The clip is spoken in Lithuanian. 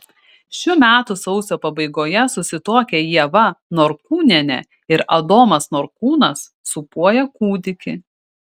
šių metų sausio pabaigoje susituokę ieva norkūnienė ir adomas norkūnas sūpuoja kūdikį